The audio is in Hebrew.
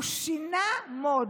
הוא שינה mode,